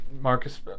Marcus